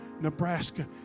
Nebraska